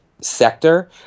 sector